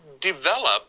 develop